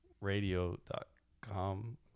radio.com